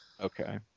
okay